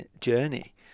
journey